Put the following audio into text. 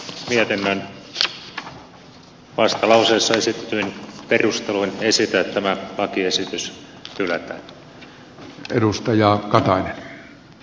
tämän mietinnön vastalauseessa esitetyin perusteluin esitän että tämä lakiesitys hylätään